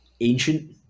ancient